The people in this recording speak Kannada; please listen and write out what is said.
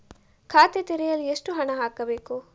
ಖಾತೆ ತೆರೆಯಲು ಎಷ್ಟು ಹಣ ಹಾಕಬೇಕು?